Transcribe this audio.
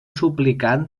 suplicant